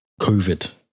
COVID